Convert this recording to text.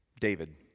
David